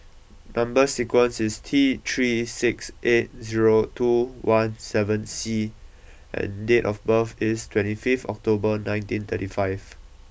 number sequence is T three six eight zero two one seven C and date of birth is twenty fifth October nineteen thirty five